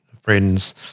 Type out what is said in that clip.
friend's